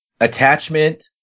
attachment